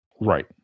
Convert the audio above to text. Right